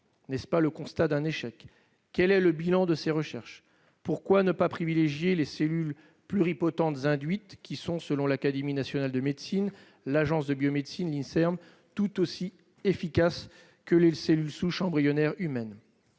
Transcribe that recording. N'est-ce pas le constat d'un échec ? Quel est le bilan de ces recherches ? Pourquoi ne pas privilégier les cellules pluripotentes induites, qui sont, selon l'Académie nationale de médecine, l'Agence de la biomédecine et l'Inserm, tout aussi efficaces que les cellules souches embryonnaires humaines ?